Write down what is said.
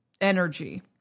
energy